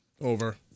Over